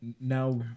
now